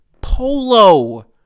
polo